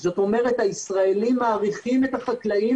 זאת אומרת הישראלים מעריכים את החקלאים